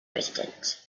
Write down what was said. resident